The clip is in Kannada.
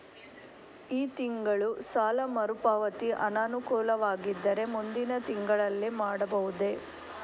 ಈ ತಿಂಗಳು ಸಾಲ ಮರುಪಾವತಿ ಅನಾನುಕೂಲವಾಗಿದ್ದರೆ ಮುಂದಿನ ತಿಂಗಳಲ್ಲಿ ಮಾಡಬಹುದೇ?